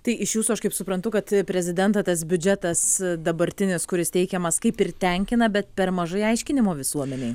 tai iš jūsų aš kaip suprantu kad prezidentą tas biudžetas dabartinis kuris teikiamas kaip ir tenkina bet per mažai aiškinimo visuomenei